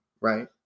right